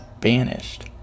banished